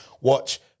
watch